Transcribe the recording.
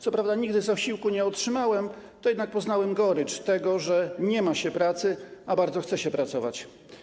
Co prawda nigdy zasiłku nie otrzymałem, ale jednak poznałem gorycz tego, że nie ma się pracy, a bardzo chce się pracować.